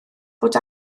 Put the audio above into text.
bod